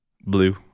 blue